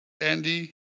Andy